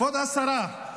כבוד השרה,